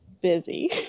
busy